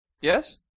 Yes